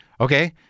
Okay